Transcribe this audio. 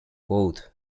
both